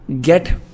get